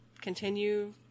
continue